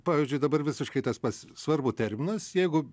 pavyzdžiui dabar visiškai tas pats svarbu terminas jeigu